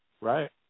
right